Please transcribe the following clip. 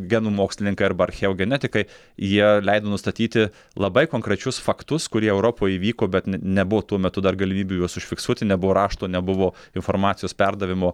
genų mokslininkai arba archeogenetikai jie leido nustatyti labai konkrečius faktus kurie europoj įvyko bet ne nebuvo tuo metu dar galimybių juos užfiksuoti nebuvo rašto nebuvo informacijos perdavimo